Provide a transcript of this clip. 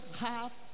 half